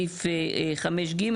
סעיף (5)(ג),